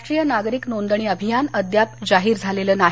राष्ट्रीय नागरिक नोंदणी अभियान अद्याप जाहीर झालेलं नाही